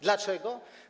Dlaczego?